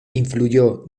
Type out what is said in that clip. influyó